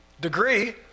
degree